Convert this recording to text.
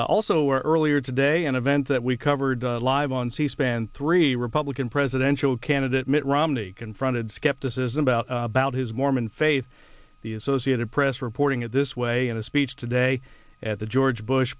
also earlier today an event that we covered live on c band three republican presidential candidate mitt romney confronted skepticism about about his mormon faith the associated press reporting it this way in a speech today at the george bush